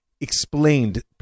explained